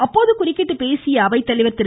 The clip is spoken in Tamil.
அப்போது குறுக்கிட்டு பேசிய அவைத்தலைவர் திரு